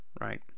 right